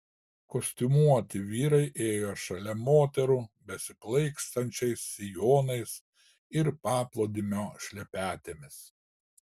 kostiumuoti vyrai ėjo šalia moterų besiplaikstančiais sijonais ir paplūdimio šlepetėmis